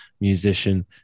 musician